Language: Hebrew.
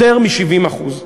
יותר מ-70%.